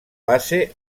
base